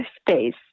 space